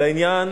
על העניין